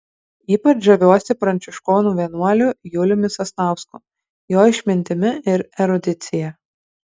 ypač žaviuosi pranciškonų vienuoliu juliumi sasnausku jo išmintimi ir erudicija